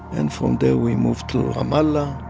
and from there we moved to ramallah,